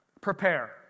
Prepare